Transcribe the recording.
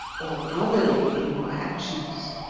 or brotherly in your actions.